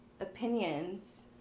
opinions